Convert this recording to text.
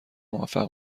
موفق